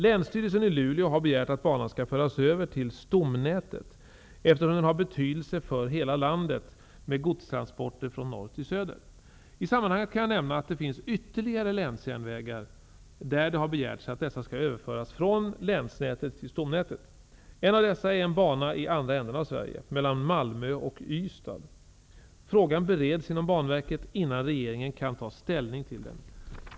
Länsstyrelsen i Luleå har begärt att banan skall föras över till stomnätet eftersom den har betydelse för hela landet med godstransporter från norr till söder. I sammanhanget kan jag nämna att det finns ytterligare länsjärnvägar där det har begärts att dessa skall överföras från länsnätet till stomnätet. En av dessa är en bana i andra änden av Sverige, mellan Malmö och Ystad. Frågan bereds inom Banverket innan regeringen kan ta ställning till den.